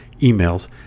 emails